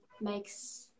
makes